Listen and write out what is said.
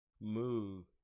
move